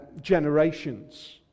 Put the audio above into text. generations